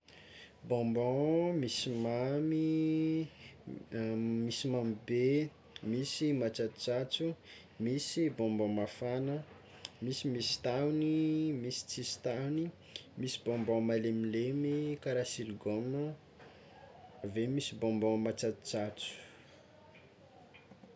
Bonbon misy mamy, misy mamy be, misy matsatsotsatso, misy bonbon mafana, misy misy tahony misy tsisy tahony, misy bonbon malemilemy kara siligaoma ave misy bonbon matsatsotsatso.